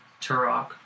Turok